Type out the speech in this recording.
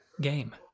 Game